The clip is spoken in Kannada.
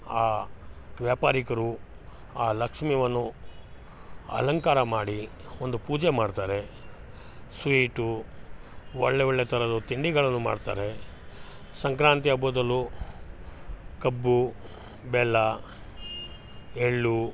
ಆ ವ್ಯಾಪಾರಿಕರು ಆ ಲಕ್ಷ್ಮಿವನು ಅಲಂಕಾರ ಮಾಡಿ ಒಂದು ಪೂಜೆ ಮಾಡ್ತಾರೆ ಸ್ವೀಟು ಒಳ್ಳೆಯ ಒಳ್ಳೆಯ ಥರದು ತಿಂಡಿಗಳನ್ನು ಮಾಡ್ತಾರೆ ಸಂಕ್ರಾಂತಿ ಹಬ್ಬದಲ್ಲೂ ಕಬ್ಬು ಬೆಲ್ಲ ಎಳ್ಳು